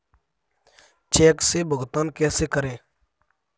Check से भुगतान कैसे करें?